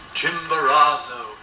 Chimborazo